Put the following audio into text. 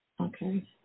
Okay